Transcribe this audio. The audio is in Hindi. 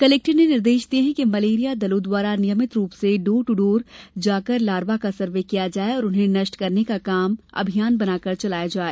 कलेक्टर ने निर्देश दिये है कि मलेरिया दलों द्वारा नियमित रूप से डोर दू डोर जाकर लार्वा का सर्वे किया जाए और उन्हें नष्ट करने का काम अभियान बनाकर चलाया जाए